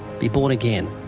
be born again.